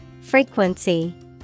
Frequency